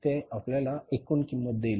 ते आपल्याला एकूण किंमत देईल